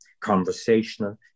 conversational